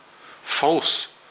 false